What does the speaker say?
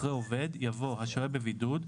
אחרי "עובד" יבוא "השוהה בבידוד,